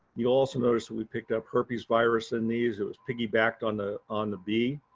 you also notice that we picked up herpes virus in these it was piggybacked on the on the bee.